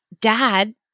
dad